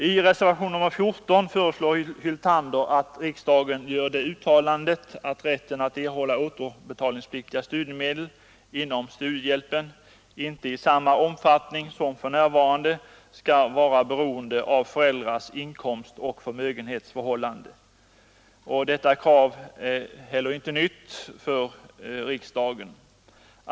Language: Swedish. I reservationen 14 föreslår herr Hyltander att riksdagen gör ett uttalande om att rätten att erhålla återbetalningspliktiga studiemedel inom studiehjälpen inte i samma omfattning som för närvarande skall vara beroende av föräldrars inkomstoch förmögenhetsförhållanden. Detta krav är heller inte nytt för riksdagen.